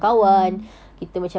mm mm